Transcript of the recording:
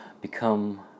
become